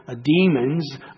demons